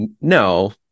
no